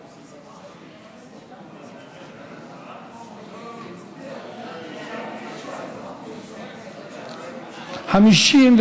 (5) של קבוצת סיעת הרשימה המשותפת לסעיף 3 לא נתקבלה.